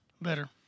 Better